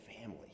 family